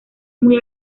muy